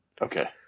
Okay